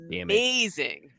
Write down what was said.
amazing